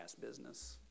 business